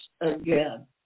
again